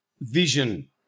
vision